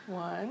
One